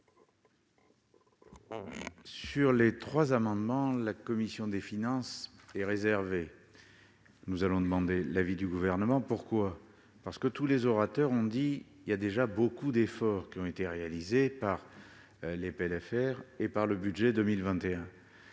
Sur les trois amendements, la commission des finances est réservée. Nous allons demander l'avis du Gouvernement. Pourquoi ? Tous les orateurs ont dit que beaucoup d'efforts avaient déjà été faits par les LFR et par le budget 2021.